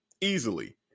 Easily